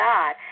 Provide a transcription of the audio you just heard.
God